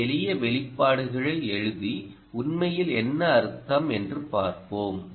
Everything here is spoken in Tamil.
சில எளிய வெளிப்பாடுகளை எழுதி உண்மையில் என்ன அர்த்தம் என்று பார்ப்போம்